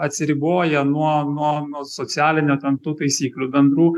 atsiriboja nuo nuo nuo socialinio ten tų taisyklių bendrų